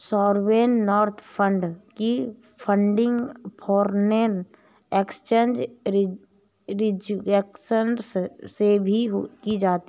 sovereign wealth fund की funding foreign exchange reserves से भी की जाती है